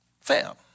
fail